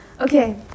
Okay